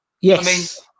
Yes